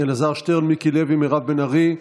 אלעזר שטרן, מיקי לוי, מירב בן ארי,